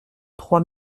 trois